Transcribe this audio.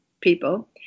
people